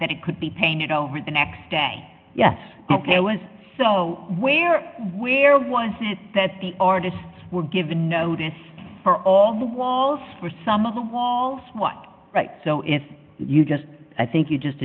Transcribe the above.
that it could be painted over the next day yes i was so where where was that the artists were given notice for all the walls for some of the walls what so if you just i think you just